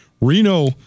Reno